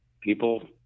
people